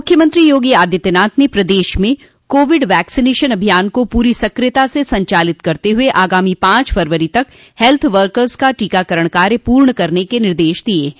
मुख्यमंत्री योगी आदित्यनाथ ने प्रदेश में कोविड वैक्सीनेशन अभियान को पूरी सक्रियता से संचालित करते हुए आगामी पांच फरवरी तक हेल्थ वर्कस का टीकाकरण कार्य पूर्ण किये जाने के निर्देश दिये हैं